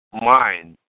mind